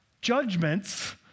judgments